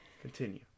Continue